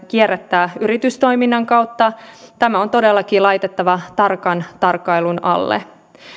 kierrättää yritystoiminnan kautta tämä on todellakin laitettava tarkan tarkkailun alle